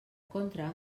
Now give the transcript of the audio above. contra